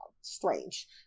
strange